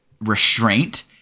restraint